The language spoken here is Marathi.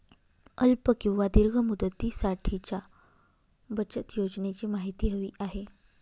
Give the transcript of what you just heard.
अल्प किंवा दीर्घ मुदतीसाठीच्या बचत योजनेची माहिती हवी आहे